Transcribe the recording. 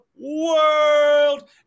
world